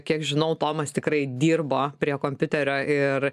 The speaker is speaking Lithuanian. kiek žinau tomas tikrai dirbo prie kompiuterio ir